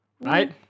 Right